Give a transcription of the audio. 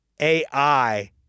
AI